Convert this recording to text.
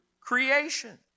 creation